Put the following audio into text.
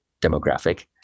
demographic